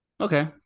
Okay